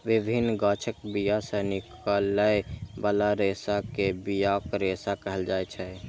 विभिन्न गाछक बिया सं निकलै बला रेशा कें बियाक रेशा कहल जाइ छै